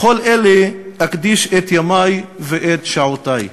לכל אלה אקדיש את ימי ואת שעותי.